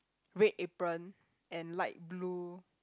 red apron and light blue